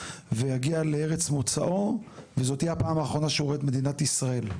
ויגיע לארץ מוצאו וזו תהיה הפעם האחרונה שהוא יראה את מדינת ישראל.